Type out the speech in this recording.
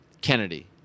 Kennedy